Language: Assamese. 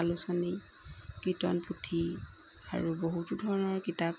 আলোচনী কীৰ্তন পুথি আৰু বহুতো ধৰণৰ কিতাপ